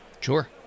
Sure